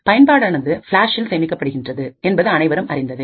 பயன்பாடானது ஃபிளாஷ்இல் சேமிக்கப்படுகின்றது என்பது அனைவரும் அறிந்ததே